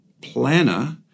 planner